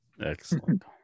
Excellent